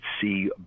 see